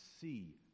see